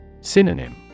Synonym